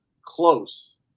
close